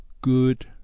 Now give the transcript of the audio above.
good